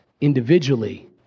individually